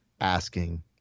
asking